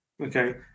okay